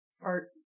Art